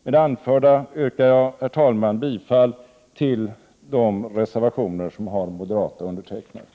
Med det anförda yrkar jag bifall till de reservationer som har moderata undertecknare.